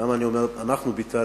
למה אני אומר אנחנו ביטלנו?